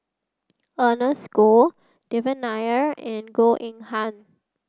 Ernest Goh Devan Nair and Goh Eng Han